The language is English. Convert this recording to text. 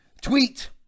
tweet